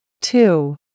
two